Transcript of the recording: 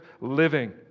living